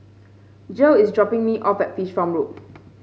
Gil is dropping me off at Fish Farm Road